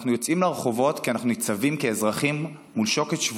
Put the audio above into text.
אנחנו יוצאים לרחובות כי אנחנו ניצבים כאזרחים מול שוקת שבורה,